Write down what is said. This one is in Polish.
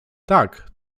tak